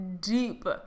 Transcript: deep